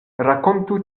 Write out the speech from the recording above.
rakontu